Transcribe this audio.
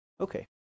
Okay